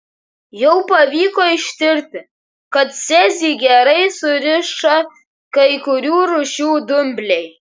jau pavyko ištirti kad cezį gerai suriša kai kurių rūšių dumbliai